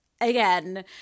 again